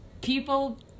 people